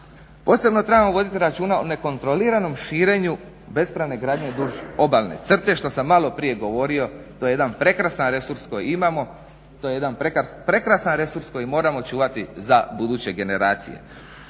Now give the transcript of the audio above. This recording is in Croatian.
Posebno trebamo voditi računa o nekontroliranom širenju bespravne gradnje duž obalne crte što sam maloprije govorio to je jedan prekrasan resurs koji imamo, to je jedan prekrasan resurs koji moramo čuvati za buduće generacije.